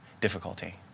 difficulty